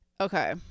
Okay